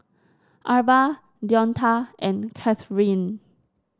Arba Deonta and Kathryne